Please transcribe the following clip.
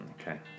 Okay